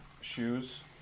shoes